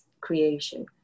creation